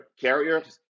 carriers